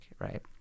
right